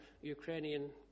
Ukrainian